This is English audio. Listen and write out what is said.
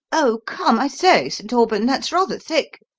oh, come, i say, st. aubyn, that's rather thick!